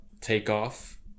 takeoff